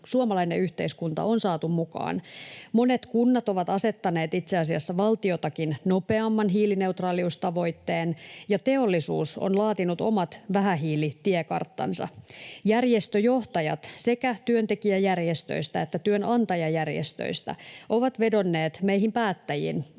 suomalainen yhteiskunta on saatu mukaan. Monet kunnat ovat asettaneet itse asiassa valtiotakin nopeamman hiilineutraaliustavoitteen, ja teollisuus on laatinut omat vähähiilitiekarttansa. Järjestöjohtajat sekä työntekijäjärjestöistä että työnantajajärjestöistä ovat vedonneet meihin päättäjiin